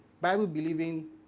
Bible-believing